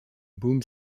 boom